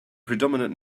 predominant